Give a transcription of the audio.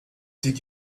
did